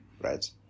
right